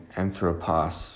anthropos